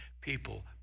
people